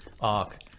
Arc